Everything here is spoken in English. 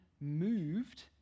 moved